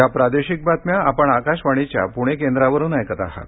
या प्रादेशिक बातम्या आपण आकाशवाणीच्या पूणे केंद्रावरून ऐकत आहात